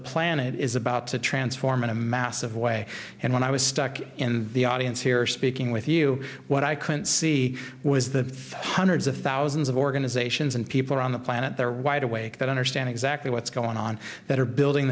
planet is about to transform in a massive way and when i was stuck in the audience here speaking with you what i couldn't see was the hundreds of thousands of organizations and people around the planet there wide awake that understand exactly what's going on that are building